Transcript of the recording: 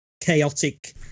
chaotic